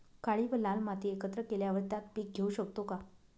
काळी व लाल माती एकत्र केल्यावर त्यात पीक घेऊ शकतो का?